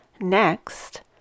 Next